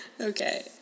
Okay